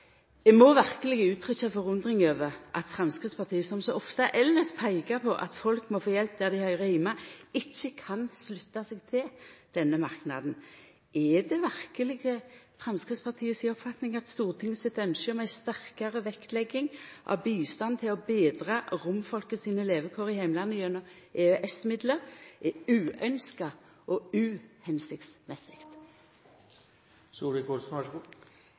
Eg må verkeleg uttrykkja forundring over at Framstegspartiet, som så ofte elles peiker på at folk må få hjelp der dei høyrer heime, ikkje kan slutta seg til denne merknaden. Er det verkeleg Framstegspartiet si oppfatning at Stortinget sitt ynskje om ei sterkare vektlegging av bistand til å betra romfolket sine levekår i heimlandet gjennom EØS-midlar er uynskt og